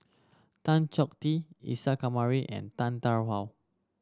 Tan Chong Tee Isa Kamari and Tan Tarn How